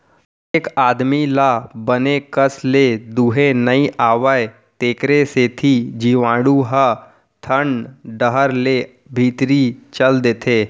कतेक आदमी ल बने कस ले दुहे नइ आवय तेकरे सेती जीवाणु ह थन डहर ले भीतरी चल देथे